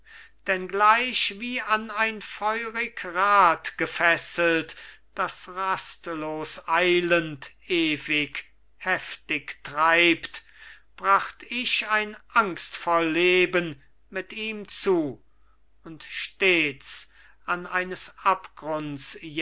denn gleich wie an ein feurig rad gefesselt das rastlos eilend ewig heftig treibt bracht ich ein angstvoll leben mit ihm zu und stets an eines abgrunds